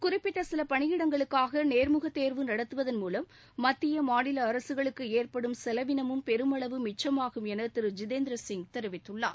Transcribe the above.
குறிப்பிட்ட சில பணியிடங்களுக்காக நேர்முகத் தேர்வு நடத்துவதன் மூலம் மத்திய மாநில அரசுகளுக்கு ஏற்படும் செலவினமும் பெருமளவு மிச்சமாகும் என திரு ஜிதேந்திர சிங் தெரிவித்துள்ளார்